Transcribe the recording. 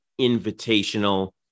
Invitational